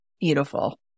beautiful